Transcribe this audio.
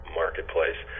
marketplace